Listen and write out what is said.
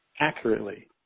accurately